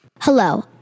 Hello